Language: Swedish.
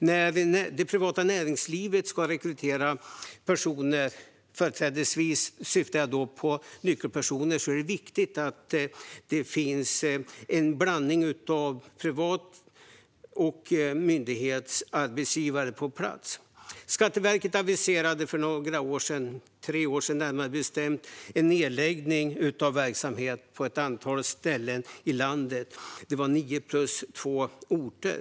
När det privata näringslivet ska rekrytera personer, företrädesvis nyckelpersoner, är det viktigt att det finns en blandning av privata arbetsgivare och myndighetsarbetsgivare på plats. För tre år sedan aviserade Skatteverket en nedläggning av verksamheter på ett antal ställen i landet. Det var nio plus två orter.